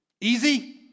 Easy